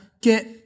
get